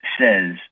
says